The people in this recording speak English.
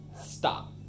stop